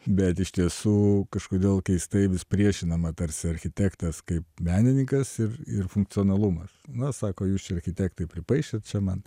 bet iš tiesų kažkodėl keistai vis priešinama tarsi architektas kaip menininkas ir ir funkcionalumas na sako jūs architektai pripaišėt čia man